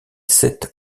sept